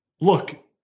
look